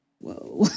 whoa